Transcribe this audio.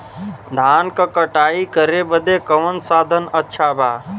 धान क कटाई करे बदे कवन साधन अच्छा बा?